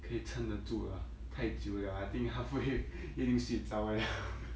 可以撑得住 lah 太久 liao I think halfway 一定睡着 eh